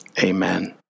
Amen